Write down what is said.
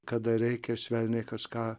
kada reikia švelniai kažką